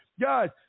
guys